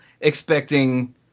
expecting